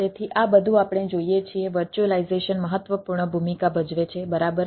તેથી આ બધું આપણે જોઈએ છીએ વર્ચ્યુઅલાઈઝેશન મહત્વપૂર્ણ ભૂમિકા ભજવે છે બરાબર